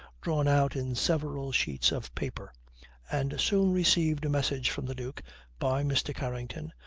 drawn out in several sheets of paper and soon received a message from the duke by mr. carrington,